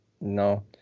No